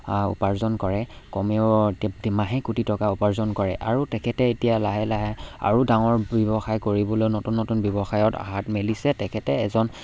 উপাৰ্জন কৰে কমেও মাহে কোটি টকা উপাৰ্জন কৰে আৰু তেখেতে এতিয়া লাহে লাহে আৰু ডাঙৰ ব্যৱসায় কৰিবলৈ নতুন নতুন ব্যৱসায়ত হাত মেলিছে তেখেতে এজন